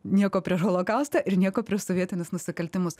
nieko prieš holokaustą ir nieko prieš sovietinius nusikaltimus